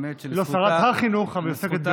היא לא שרת החינוך, אבל היא עוסקת בחינוך.